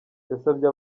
yasabye